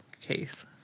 case